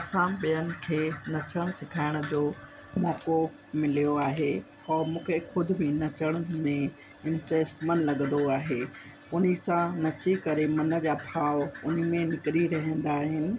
असां ॿियनि खे नचणु सिखाइण जो मौक़ो मिलियो आहे ऐं मूंखे ख़ुदि बि नचण में इंटरस्ट मन लॻंदो आहे उन्हीअ सां नची करे मन जा भाव उन में निकिरी रहंदा आहिनि